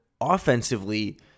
offensively